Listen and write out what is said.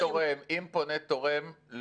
צה"ל ואי העמידה בתוכנית "ממדים ללימודים":